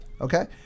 Okay